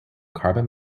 carbon